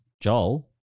Joel